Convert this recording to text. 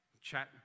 chat